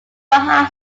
had